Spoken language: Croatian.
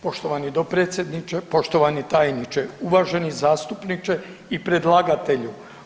Poštovani dopredsjedniče, poštovani tajniče, uvaženi zastupniče i predlagatelju.